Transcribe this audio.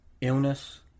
illness